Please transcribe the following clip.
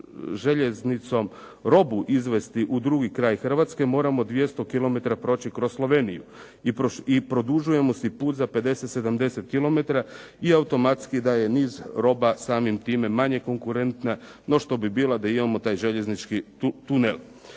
željeznicom robu izvesti u drugi kraj Hrvatske moramo 200 kilometara proći kroz Sloveniju i produžujemo si put za 50, 70 kilometara i automatski da je niz roba samim time manje konkurentna no što bi bila da imamo taj željeznički tunel.